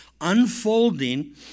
unfolding